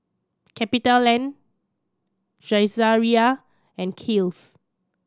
CapitaLand Saizeriya and Kiehl's